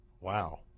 wow